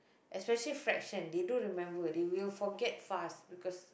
especially fractions they don't remember they will forget fast because